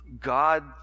God